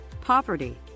poverty